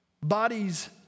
bodies